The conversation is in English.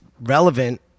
relevant